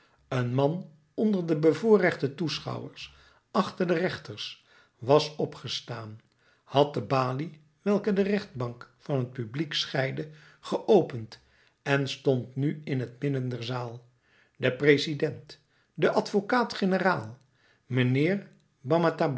een man onder de bevoorrechte toeschouwers achter de rechters was opgestaan had de balie welke de rechtbank van het publiek scheidde geopend en stond nu in t midden der zaal de president de advocaat-generaal mijnheer